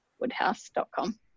woodhouse.com